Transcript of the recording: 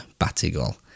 Batigol